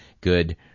good